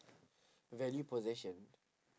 value possession